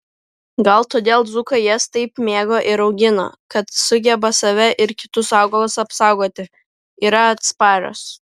gal todėl dzūkai jas taip mėgo ir augino kad sugeba save ir kitus augalus apsaugoti yra atsparios